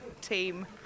team